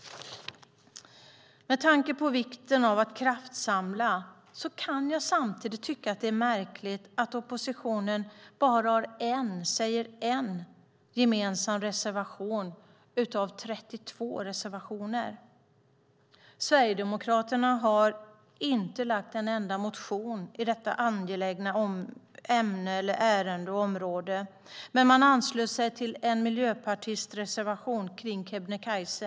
Med tanke på vikten av att kraftsamla kan jag samtidigt tycka att det är märkligt att oppositionen bara har en, säger en, gemensam reservation av 32 reservationer. Sverigedemokraterna har inte väckt en enda motion i detta angelägna ämne och ärende, men man anslöt sig till en miljöpartireservation kring Kebnekaise.